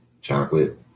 Chocolate